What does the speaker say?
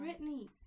Britney